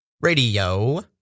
Radio